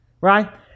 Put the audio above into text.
right